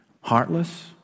heartless